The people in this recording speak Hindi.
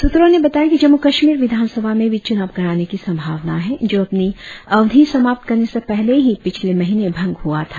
सुत्रों ने बताया कि जम्मू कश्मीर विधानसभा में भी चुनाव कराने की संभावना है जो अपनी अवधी समाप्त करने से पहले ही पिछले महिने भंग हुआ था